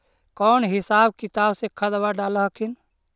कौन हिसाब किताब से खदबा डाल हखिन?